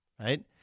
Right